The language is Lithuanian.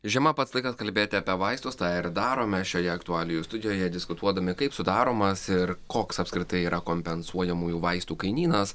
žiema pats laikas kalbėti apie vaistus tą ir darome šioje aktualijų studijoje diskutuodami kaip sudaromas ir koks apskritai yra kompensuojamųjų vaistų kainynas